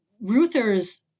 Ruther's